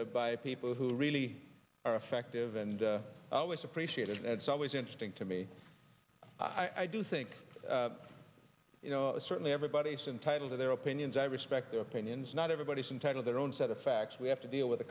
by people who really are effective and always appreciated and it's always interesting to me i do think you know certainly everybody's entitled to their opinions i respect their opinions not everybody's entitled their own set of facts we have to deal with a